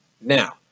now